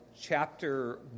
chapter